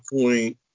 point